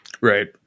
Right